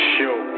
Show